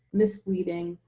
misleading,